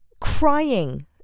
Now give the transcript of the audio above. crying